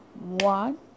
One